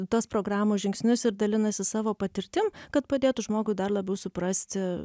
tos programos žingsnius ir dalinasi savo patirtim kad padėtų žmogui dar labiau suprasti